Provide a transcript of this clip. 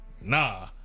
Nah